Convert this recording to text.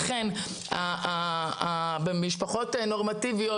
לכן במשפחות נורמטיביות,